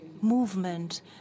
movement